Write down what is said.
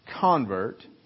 convert